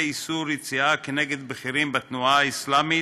איסור יציאה כנגד בכירים בתנועה האסלאמית,